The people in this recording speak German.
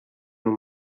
nun